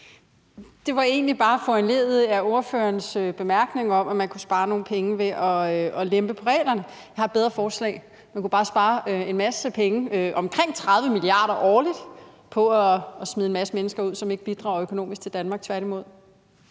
Det er egentlig bare foranlediget af ordførerens bemærkning om, at man kunne spare nogle penge ved at lempe på reglerne. Jeg har et bedre forslag: Man kunne bare spare en masse penge, omkring 30 mia. kr. årligt, på at smide en masse mennesker ud, som ikke bidrager økonomisk til Danmark, tværtimod.